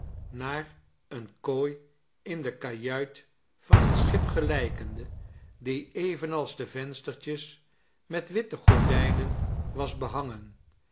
naar eene kooi in de kajuit van een schip gelijkende die evenals de venstertjes met witte gordijnen was behangen